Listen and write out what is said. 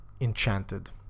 enchanted